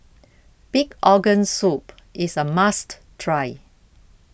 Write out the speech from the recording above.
Pig Organ Soup is a must try